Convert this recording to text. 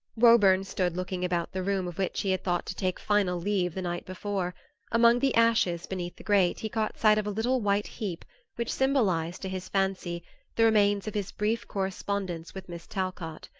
woburn stood looking about the room of which he had thought to take final leave the night before among the ashes beneath the grate he caught sight of a little white heap which symbolized to his fancy the remains of his brief correspondence with miss talcott.